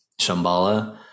Shambhala